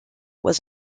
was